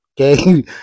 Okay